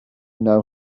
know